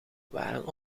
waren